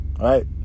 right